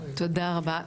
תודה רבה,